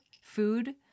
food